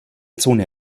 zone